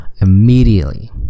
immediately